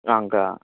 ஆ அங்கே தான்